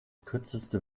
kürzeste